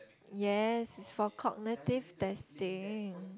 yes it's for cognitive testing